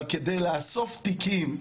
אבל כדי לאסוף תיקים,